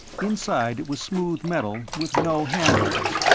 inside it was smooth metal, with no handholds.